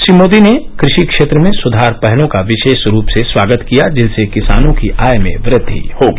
श्री मोदी ने क्रषि क्षेत्र में सुधार पहलों का विशेष रूप से स्वागत किया जिनसे किसानों की आय में वृद्धि होगी